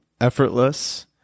Effortless